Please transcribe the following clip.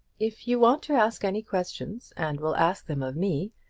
if you want to ask any questions, and will ask them of me,